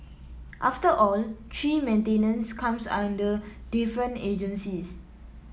after all tree maintenance comes under different agencies